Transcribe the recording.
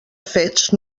fets